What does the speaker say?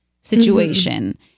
situation